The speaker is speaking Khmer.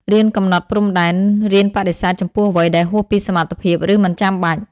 រៀនកំណត់ព្រំដែន រៀនបដិសេធចំពោះអ្វីដែលហួសពីសមត្ថភាព ឬមិនចាំបាច់។